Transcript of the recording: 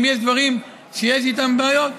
אם יש דברים שיש איתם בעיות,